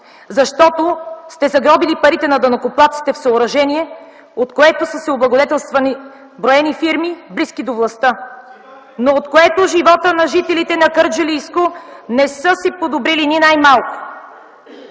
защото сте загробили парите на данъкоплатците в съоръжение, от което са се облагодетелствали броени фирми, близки до властта, но от което животът на жителите на Кърджалийско не се е подобрил ни най-малко.